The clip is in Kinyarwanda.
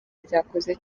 ryakoze